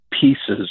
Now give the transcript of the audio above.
pieces